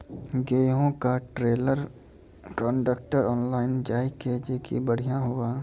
गेहूँ का trailer contractor online जाए जैकी बढ़िया हुआ